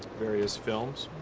various films.